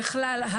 בכלל,